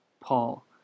Paul